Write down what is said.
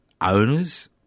owners